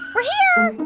we're here.